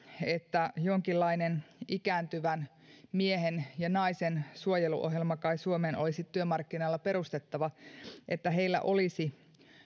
että jonkinlainen ikääntyvän miehen ja naisen suojeluohjelma kai suomeen olisi työmarkkinoilla perustettava niin että heillä olisi